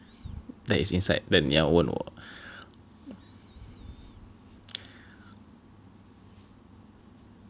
that is inside that 你要问我